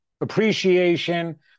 appreciation